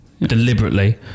deliberately